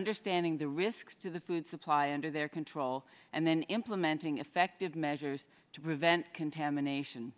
understanding the risks to the food supply under their control and then implementing effective measures to prevent contamination